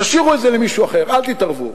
תשאירו את זה למישהו אחר, אל תתערבו.